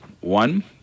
one